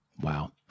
Wow